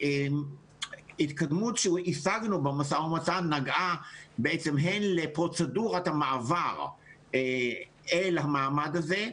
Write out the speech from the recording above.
ההתקדמות שהשגנו במשא-ומתן נגעה לפרוצדורת המעבר אל המעמד הזה.